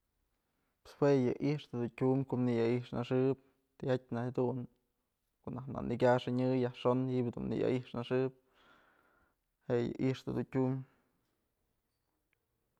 Jue yë i'ixtë dun tyum ko'o nëyai'ixnaxëb tijatyë najk jadun ko'o najk nëkyaxënyë yajxon ji'ib dun nëyai'ixnaxëb je'e yë i'ixtë dun tyumbë.